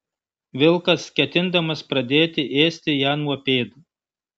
vilkas ketindamas pradėti ėsti ją nuo pėdų